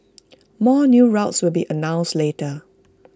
more new routes will be announced later